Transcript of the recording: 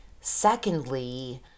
Secondly